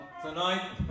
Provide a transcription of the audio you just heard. Tonight